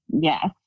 yes